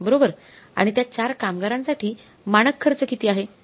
आणि त्या 4 कामगारांसाठी मानक खर्च किती आहे